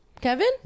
Kevin